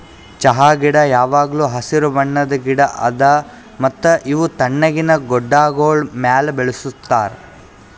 ಚಹಾ ಗಿಡ ಯಾವಾಗ್ಲೂ ಹಸಿರು ಬಣ್ಣದ್ ಗಿಡ ಅದಾ ಮತ್ತ ಇವು ತಣ್ಣಗಿನ ಗುಡ್ಡಾಗೋಳ್ ಮ್ಯಾಲ ಬೆಳುಸ್ತಾರ್